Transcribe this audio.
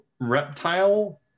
reptile